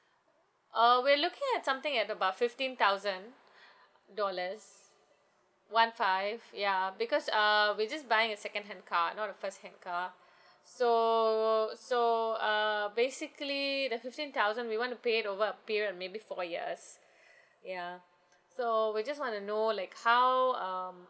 uh we are looking at something at about fifteen thousand dollars one five ya because uh we just buying a second hand car not a first hand car so so uh basically the fifteen thousand we want to pay it over a period of maybe four years ya so we just want to know like how um